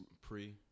pre